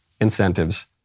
incentives